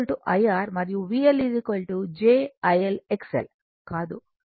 మరియు VL ఇది j I L XL కాదు j I XL